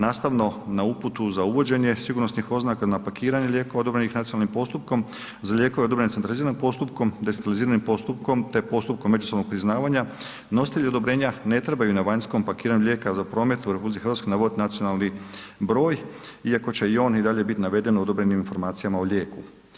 Nastavno na uputu za uvođenje sigurnosnih oznaka na pakiranje lijekova odobrenih nacionalnim postupkom, za lijekove odobrene centraliziranim postupkom, destiliziranim postupkom te postupkom međusobnog priznavanja nositelj odobrenja ne trebaju na vanjskom pakiranju lijeka za promet u RH navodit nacionalni broj iako će i on i dalje biti naveden u odobrenim informacijama o lijeku.